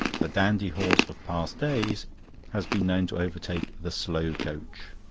the dandy horse of past days has been known to overtake the slow coach.